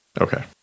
Okay